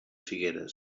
figueres